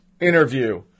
interview